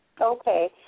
Okay